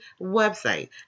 website